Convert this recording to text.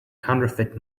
counterfeit